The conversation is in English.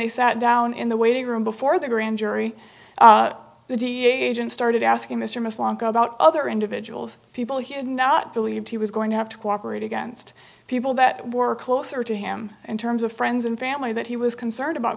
they sat down in the waiting room before the grand jury the dea agents started asking mr moss long about other individuals people he did not believe he was going to have to cooperate against people that were closer to him in terms of friends and family that he was concerned about